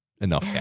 enough